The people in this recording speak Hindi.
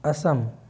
असम